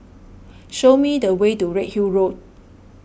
show me the way to Redhill Road